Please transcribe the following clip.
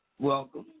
Welcome